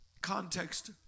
context